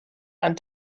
and